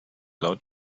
low